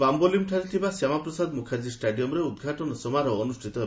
ବାମ୍ବୋଲିମ୍ଠାରେ ଥିବା ଶ୍ୟାମା ପ୍ରସାଦ ମୁଖାର୍ଚ୍ଚୀ ଷ୍ଟାଡିୟମରେ ଉଦ୍ଘାଟନ ସମାରୋହ ଅନୁଷ୍ଠିତ ହେବ